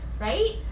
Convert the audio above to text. right